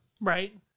Right